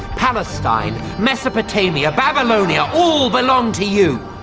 palestine, mesopotamia, babylonia, all belong to you!